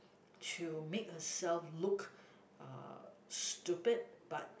to make herself look uh stupid but